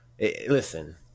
Listen